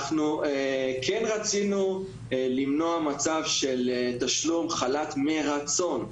אנחנו כן רצינו למנוע מצב של תשלום חל"ת מרצון.